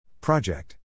Project